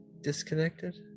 disconnected